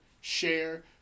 share